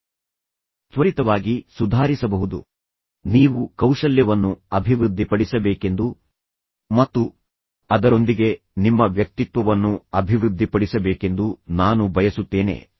ಆದ್ದರಿಂದ bicycle cycling ಅಥವಾ ಈಜು ಅಥವಾ ಜಾಗಿಂಗ್ನಂತಹ ಇತರ ಕೌಶಲ್ಯಗಳನ್ನು ನೀವು ಅಭಿವೃದ್ಧಿಪಡಿಸಿದ ರೀತಿಯಲ್ಲಿಯೇ ನೀವು ಈ ಕೌಶಲ್ಯವನ್ನು ಅಭಿವೃದ್ಧಿಪಡಿಸಬೇಕೆಂದು ನಾನು ಬಯಸುತ್ತೇನೆ